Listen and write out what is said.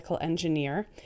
engineer